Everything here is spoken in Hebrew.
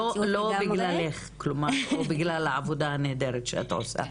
לא בגללך או בגלל העבודה הנהדרת שאת עושה,